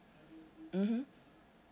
mmhmm